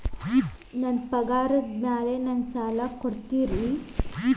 ನನ್ನ ಪಗಾರದ್ ಮೇಲೆ ನಂಗ ಸಾಲ ಕೊಡ್ತೇರಿ?